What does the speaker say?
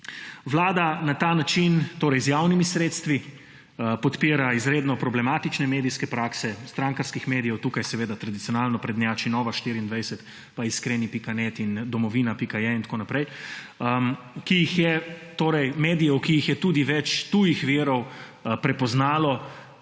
Vlada na ta način torej z javnimi sredstvi podpira izjemno problematične medijske prakse strankarskih medijev – tukaj seveda tradicionalno prednjači Nova24, pa iskreni.net in domovina.je in tako naprej –, torej medijev, ki jih je tudi več tujih virov prepoznalo